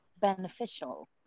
beneficial